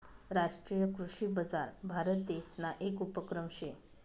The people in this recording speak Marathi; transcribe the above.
राष्ट्रीय कृषी बजार भारतदेसना येक उपक्रम शे